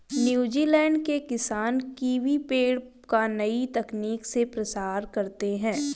New Zealand के किसान kiwi पेड़ का नई तकनीक से प्रसार करते हैं